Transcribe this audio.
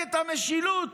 מפלגת המשילות,